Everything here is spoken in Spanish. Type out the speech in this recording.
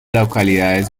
localidades